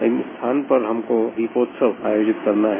इन स्थान पर हमको दीपोत्सव आयोजित करना है